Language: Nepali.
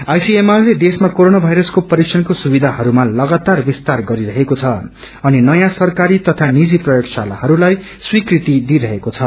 आसीएआरले देशमाकोराना वायरसको परीक्षणको सुविधाहरूमा लगातार विस्तार गरिरहेको छ अनि नयाँ सरकारी तथ निजी प्रयोगशालाहरूलाइस्वीकृति दिइरहेको छ